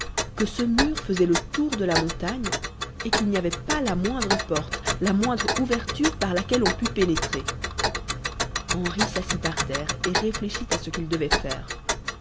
que ce mur faisait le tour de la montagne et qu'il n'y avait pas la moindre porte la moindre ouverture par laquelle on pût pénétrer henri s'assit par terre et réfléchit à ce qu'il devait faire